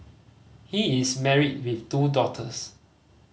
he is married with two daughters